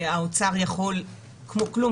האוצר יכול כמו כלום,